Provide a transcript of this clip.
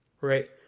right